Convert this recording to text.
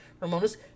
Ramona's